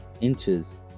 inches